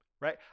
Right